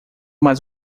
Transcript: mais